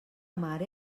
mare